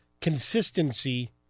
consistency